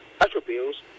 Attributes